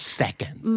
second